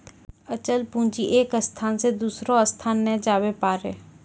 अचल पूंजी एक स्थान से दोसरो स्थान नै जाबै पारै